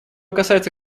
касается